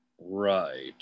right